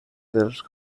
dels